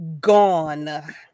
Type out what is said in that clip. Gone